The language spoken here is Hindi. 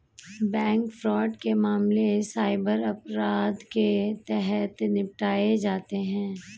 बैंक फ्रॉड के मामले साइबर अपराध के तहत निपटाए जाते हैं